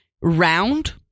round